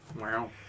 Wow